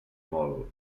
mol